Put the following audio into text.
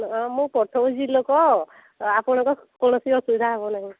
ହଁ ମୁଁ ପଠଉଛି ଲୋକ ଆପଣଙ୍କ କୌଣସି ଅସୁବିଧା ହବ ନାହିଁ